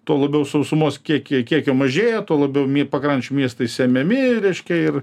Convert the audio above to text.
tuo labiau sausumos kiekyje kiekio mažėja tuo labiau mie pakrančių miestai semiami reiškia ir